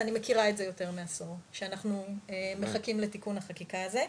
ואני מכירה את זה יותר מעשור שאנחנו מחכים לתיקון החקיקה הזה.